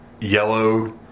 yellow